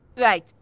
Right